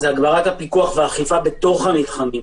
זה הגברת הפיקוח והאכיפה במתחמים.